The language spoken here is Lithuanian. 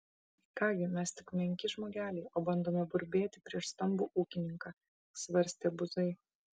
ką gi mes tik menki žmogeliai o bandome burbėti prieš stambų ūkininką svarstė buzai